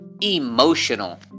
Emotional